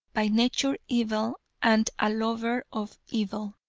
by nature evil and a lover of evil.